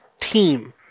team